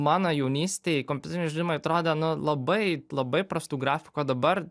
mano jaunystėj kompiuteriniai žaidimai atrodė nu labai labai prastų grafikų o dabar